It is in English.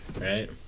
right